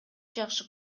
жакшы